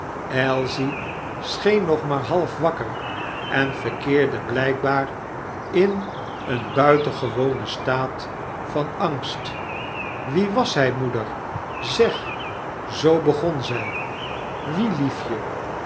ailsie scheen nog maar half wakker en verkeerde bljjkbaar in een buitgewonen staat van angst wie was fry moeder p zeg zoo begonzij wie liefje